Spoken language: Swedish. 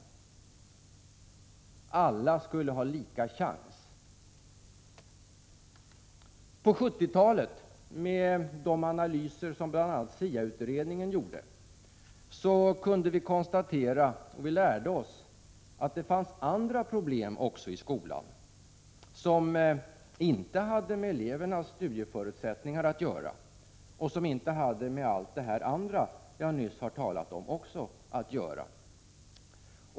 Alla skulle få samma chans. Men på 70-talet kunde vi, bl.a. på grundval av analyser som SIA utredningen gjorde, konstatera att det också fanns andra problem i skolan. De hade inte med elevernas studieförutsättningar och inte heller med de andra förhållanden jag nyss pekat på att göra.